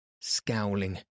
scowling